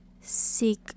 seek